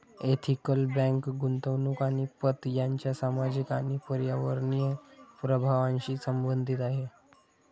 ethical bank गुंतवणूक आणि पत यांच्या सामाजिक आणि पर्यावरणीय प्रभावांशी संबंधित आहे